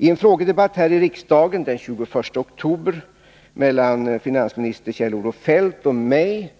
I en frågedebatt här i riksdagen den 21 oktober mellan ekonomioch budgetministern Kjell-Olof Feldt och mig